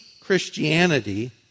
Christianity